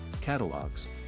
catalogs